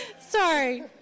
Sorry